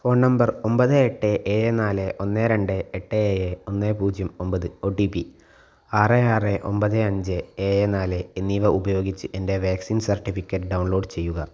phone number ഒൻപത് എട്ട് ഏഴ് നാല് ഒന്ന് രണ്ട് എട്ട് ഏഴ് ഒന്ന് പൂജ്യം ഒൻപത് ഒടിപി ആറ് ആറ് ഒൻപത് അഞ്ച് ഏഴ് നാല് എന്നിവ ഉപയോഗിച്ച് എന്റെ വാക്സിൻ സർട്ടിഫിക്കറ്റ് ഡൗൺലോഡ് ചെയ്യുക